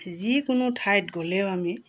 যিকোনো ঠাইত গ'লেও আমি